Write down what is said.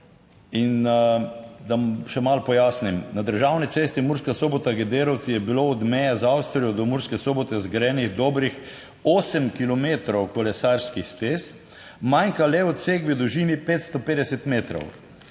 In da še malo pojasnim, na državni cesti Murska Sobota - Gederovci je bilo od meje z Avstrijo do Murske Sobote zgrajenih dobrih 8 kilometrov kolesarskih stez, manjka le odsek v dolžini 550 metrov.